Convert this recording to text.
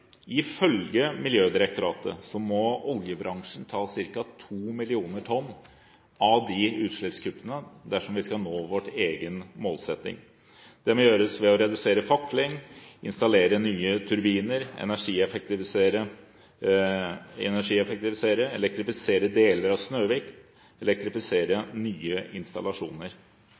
Ifølge Miljødirektoratet må oljebransjen ta ca. 2 millioner tonn av utslippskuttene dersom vi skal nå vår egen målsetting. Det må gjøres ved å redusere fakling, installere nye turbiner, energieffektivisere, elektrifisere deler av Snøhvit, elektrifisere nye installasjoner.